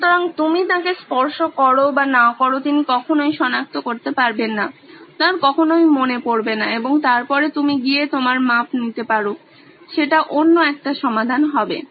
সুতরাং তুমি তাঁকে স্পর্শ করো বা না করো তিনি কখনোই সনাক্ত করতে পারবন না তাঁর কখনোই মনে পড়বে না এবং তারপরে তুমি গিয়ে তোমার মাপ নিতে পারো সেটা অন্য একটা সমাধান হবে